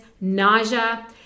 nausea